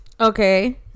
Okay